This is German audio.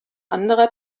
anderer